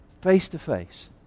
Face-to-face